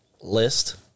list